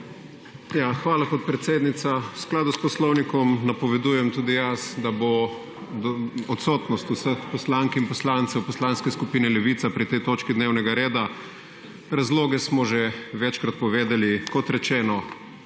Hvala, podpredsednica. V skladu s Poslovnikom napovedujem tudi jaz odsotnost vseh poslank in poslancev Poslanske skupine Levica pri tej točki dnevnega reda. Razloge smo že večkrat povedali. Kot rečeno